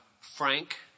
frank